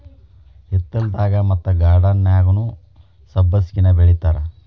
ಹಿತ್ತಲದಾಗ ಮತ್ತ ಗಾರ್ಡನ್ದಾಗುನೂ ಸಬ್ಬಸಿಗೆನಾ ಬೆಳಿತಾರ